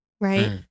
right